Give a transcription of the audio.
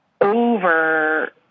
over